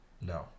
No